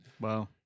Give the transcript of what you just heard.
Wow